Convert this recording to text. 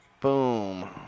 Boom